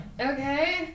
okay